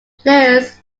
players